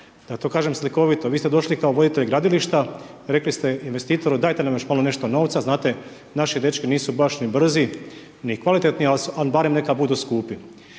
Da to kažem slikovito, vi ste došli kao voditelj gradilišta, rekli ste investitoru, dajte nam još malo nešto novca, znat napi dečki nisu baš ni brzi ni kvalitetni ali barem neka budu skupi.